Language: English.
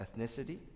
ethnicity